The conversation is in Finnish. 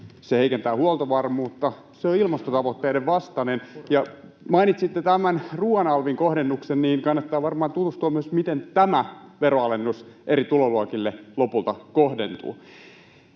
se heikentää huoltovarmuutta, se on ilmastotavoitteiden vastainen. Ja kun mainitsitte tämän ruuan alvin kohdennuksen, niin kannattaa varmaan tutustua myös siihen, miten tämä veronalennus eri tuloluokille lopulta kohdentuu.